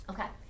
Okay